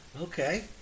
Okay